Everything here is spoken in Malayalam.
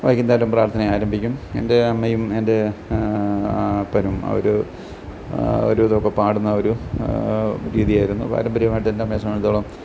വൈകുന്നേരം പ്രാർത്ഥന ആരംഭിക്കും എൻ്റെ അമ്മയും എൻ്റെ അപ്പനും അവർ അവരോടൊപ്പം പാടുന്ന ഒരു രീതിയായിരുന്നു പാരമ്പര്യമായിട്ട് എൻറ്റമ്മയെ സംബന്ധിച്ചിടത്തോളം